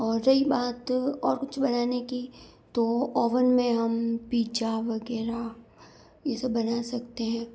और रही बात और कुछ बनाने की तो ओवन में हम पिज्जा वग़ैरह ये सब बना सकते हैं